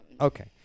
okay